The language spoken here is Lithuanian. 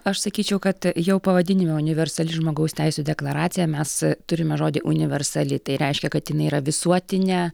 aš sakyčiau kad jau pavadinime universali žmogaus teisių deklaracija mes turime žodį universali tai reiškia kad jinai yra visuotinė